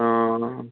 आं